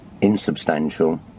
insubstantial